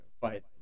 fight